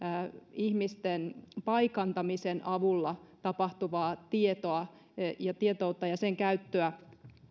ihmisten paikantamisen avulla tapahtuvaa tietoa ja tietoutta ja sen käyttöä